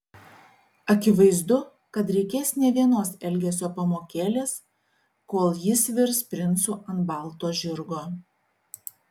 akivaizdu kad reikės ne vienos elgesio pamokėlės kol jis virs princu ant balo žirgo